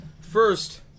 first